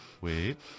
Wait